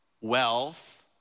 wealth